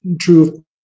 true